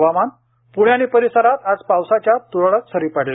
हवामान पुणे आणि परिसरात आज पावसाच्या तुरळक सरी पडल्या